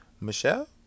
michelle